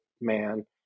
man